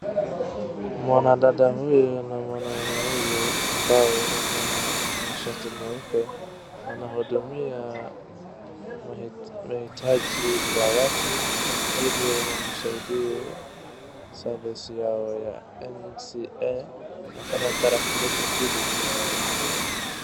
Mwanadada huyu na mwanaume huyu ambao wako na mashati nyeupe, wanahudumia mahitaji ya watu, ili wamsaidie service yao ya NCNwapata tarakilishi mbili zikiwa.